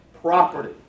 property